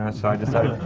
ah so i decided,